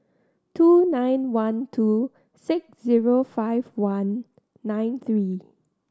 two nine one two six zero five one nine three